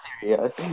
serious